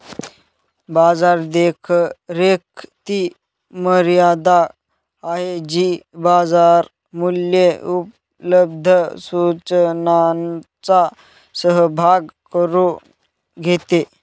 बाजार देखरेख ती मर्यादा आहे जी बाजार मूल्ये उपलब्ध सूचनांचा सहभाग करून घेते